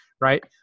right